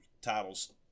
titles